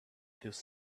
this